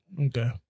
okay